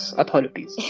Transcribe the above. authorities